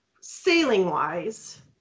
sailing-wise